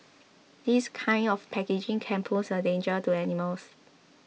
this kind of packaging can pose a danger to animals